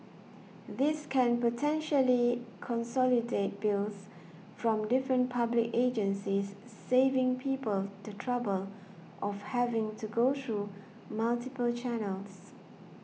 this can potentially consolidate bills from different public agencies saving people the trouble of having to go through multiple channels